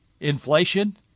inflation